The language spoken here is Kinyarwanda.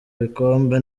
ibikombe